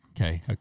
Okay